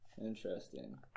Interesting